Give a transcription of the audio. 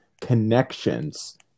connections